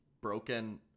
broken